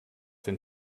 den